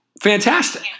Fantastic